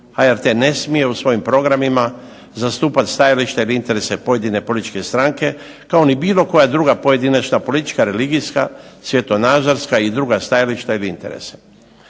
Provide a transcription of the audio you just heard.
HRT ne smije u svojim programima zastupati stajališta od interesa pojedine političke stranke, kao ni bilo koja druga pojedinačna politička, religijska, svjetonazorska i druga stajališta ili interese.